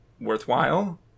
worthwhile